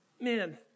Man